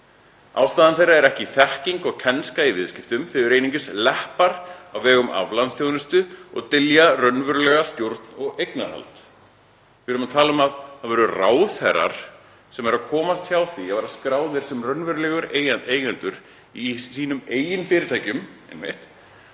Ástæðan er ekki þekking þeirra og kænska í viðskiptum. Þau eru einungis leppar á vegum aflandsþjónustu og dylja raunverulega stjórn og eignarhald.“ Við erum að tala um að það voru ráðherrar sem voru að komast hjá því að vera skráðir sem raunverulegir eigendur í eigin fyrirtækjum, einmitt,